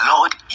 Lord